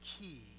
key